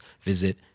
visit